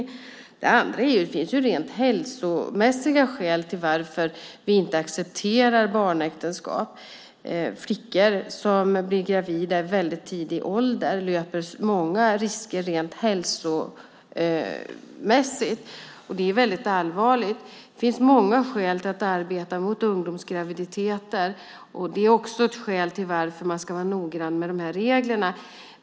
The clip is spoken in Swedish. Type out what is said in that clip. För det andra finns det rent hälsomässiga skäl till att vi inte accepterar barnäktenskap. Flickor som blir gravida i tidig ålder löper många risker rent hälsomässigt, och det är väldigt allvarligt. Det finns många skäl till att arbeta mot ungdomsgraviditeter. Det är också ett skäl till att man ska vara noga med reglerna.